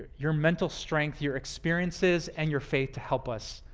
your mental strength, your experiences and your faith to help us,